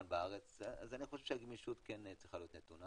בארץ אז אני חושב שהגמישות צריכה להיות נתונה,